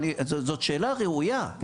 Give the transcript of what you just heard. זאת שאלה ראויה.